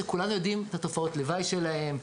שכולנו מכירים את תופעות הלוואי שלהן,